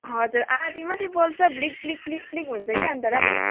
हजुर आधी मात्रै बल्छ झिलिक झिलिक प्लिक प्लिक हुन्छ कि अन्त र नि